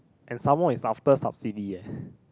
and some more it's after subsidy eh